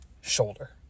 shoulder